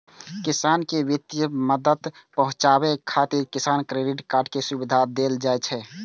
किसान कें वित्तीय मदद पहुंचाबै खातिर किसान क्रेडिट कार्ड के सुविधा देल जाइ छै